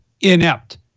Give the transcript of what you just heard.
inept